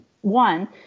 one